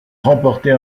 remporter